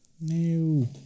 No